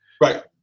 right